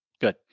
Good